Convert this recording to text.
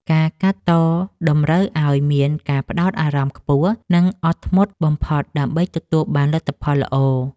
ការកាត់តតម្រូវឱ្យមានការផ្ដោតអារម្មណ៍ខ្ពស់ និង អត់ធ្មត់បំផុតដើម្បីទទួលបានលទ្ធផលល្អ។